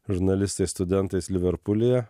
žurnalistais studentais liverpulyje